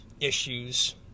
issues